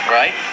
right